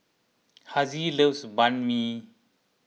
Hassie loves Banh Mi